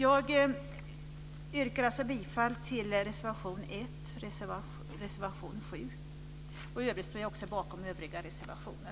Jag yrkar alltså bifall till reservation 1 och reservation 7. I övrigt står jag också bakom övriga reservationer.